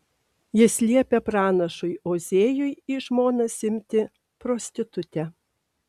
jis liepia pranašui ozėjui į žmonas imti prostitutę